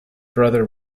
brother